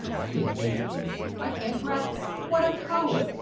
he amazcs me. i can't grasp it. what a coward!